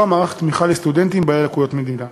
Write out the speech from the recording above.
מערך תמיכה לסטודנטים עם לקויות למידה.